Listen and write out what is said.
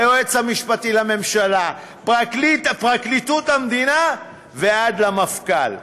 היועץ המשפטי לממשלה ופרקליטות המדינה ועד למפכ"ל,